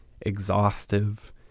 exhaustive